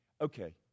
Okay